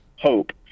hope